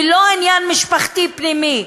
היא לא עניין משפחתי פנימי,